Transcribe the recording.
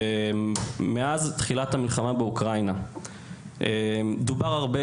מאז תחילת המלחמה באוקראינה דובר הרבה